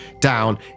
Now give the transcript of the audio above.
down